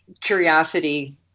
curiosity